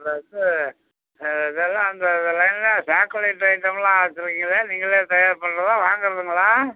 இந்த இது இதெல்லாம் அந்த லைன்ல சாக்லேட்டு ஐட்டம்லாம் வச்சிருக்கீங்களே நீங்களே தயார் பண்ணுனதா வாங்குனதுங்களா